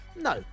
No